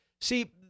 See